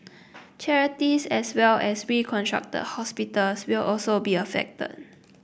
charities as well as restructured hospitals will also be affected